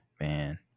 Man